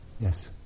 Yes